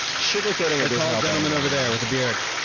sugar coating it the tall gentlemen over there, with the beard.